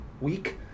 Week